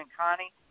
Connie